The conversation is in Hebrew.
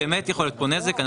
באמת יכול להיות פה נזק,